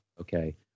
Okay